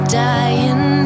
dying